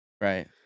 Right